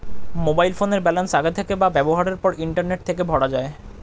mobile ফোনের balance আগের থেকে বা ব্যবহারের পর ইন্টারনেট থেকে ভরা যায়